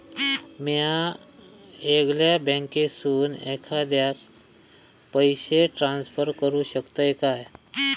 म्या येगल्या बँकेसून एखाद्याक पयशे ट्रान्सफर करू शकतय काय?